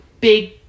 big